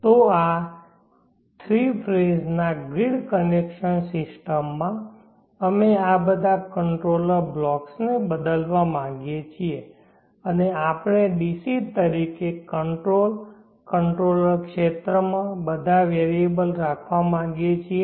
તો આ 3 ફેઝના ગ્રીડ કનેક્શન સિસ્ટમમાં અમે આ બધા કંટ્રોલર બ્લોક્સને બદલવા માંગીએ છીએ અને આપણે DC તરીકે કંટ્રોલ કંટ્રોલર ક્ષેત્રમાં બધા વેરિયેબલ રાખવા માંગીએ છીએ